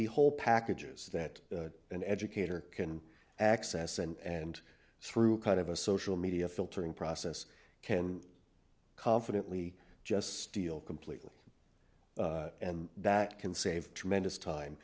be whole packages that an educator can access and through kind of a social media filtering process can confidently just steal completely and that can save tremendous time